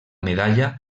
medalla